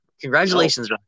Congratulations